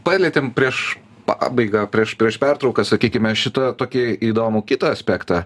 palietėm prieš pabaigą prieš prieš pertrauką sakykime šitą tokį įdomų kitą aspektą